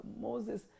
Moses